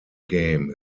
game